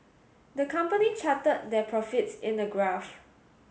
the company charted their profits in a graph